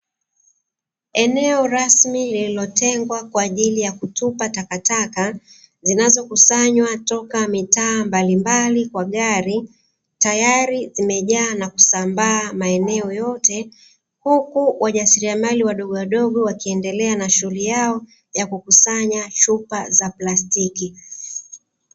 Eneo rasmi lililotengwa kwa ajili ya kutupa takataka, zinazokusanywa toka mitaa mbalimbali kwa gari, tayari limejaa na kusambaa maeneo yote, huku wajasiriamali wadogowadogo wakiendelea na shughuli yao ya kukusanya chupa za plastiki.